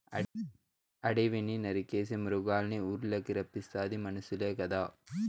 అడివిని నరికేసి మృగాల్నిఊర్లకి రప్పిస్తాది మనుసులే కదా